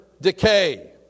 decay